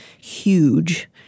huge